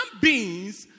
beings